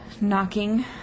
knocking